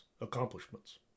accomplishments